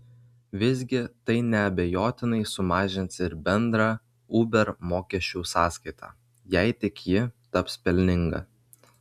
visgi tai neabejotinai sumažins ir bendrą uber mokesčių sąskaitą jei tik ji taps pelninga